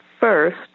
first